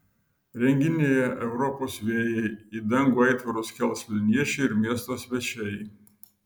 renginyje europos vėjai į dangų aitvarus kels vilniečiai ir miesto svečiai